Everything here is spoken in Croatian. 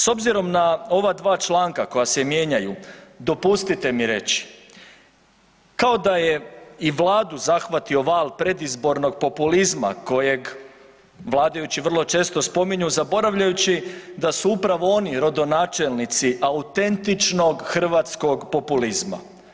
S obzirom na ova dva članka koja se mijenjaju, dopustite mi reći, kao da je i Vladu zahvatio val predizbornog populizma kojeg vladajući vrlo često spominju zaboravljajući da su upravo oni rodonačelnici autentičnog hrvatskog populizma.